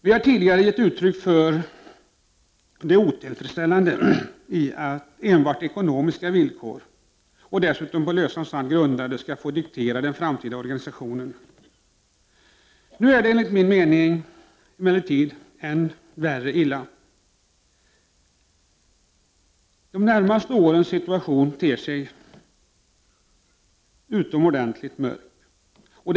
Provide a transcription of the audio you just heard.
Vi har tidigare gett uttryck för det otillfredsställande i att enbart ekonomiska villkor — dessutom grundade på lösan sand — skall få diktera den framtida organisationen. Nu är det enligt min mening ännu värre. Situationen för de närmaste åren ter sig utomordentligt mörk.